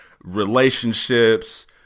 relationships